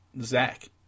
Zach